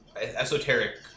esoteric